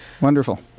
Wonderful